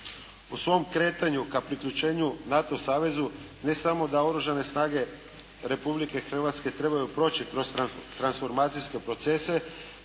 U svom kretanju ka priključenju NATO savezu ne samo da Oružane snage Republike Hrvatske trebaju proći kroz transformacijske procese,